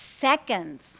seconds